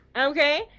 okay